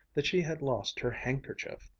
that she had lost her handkerchief.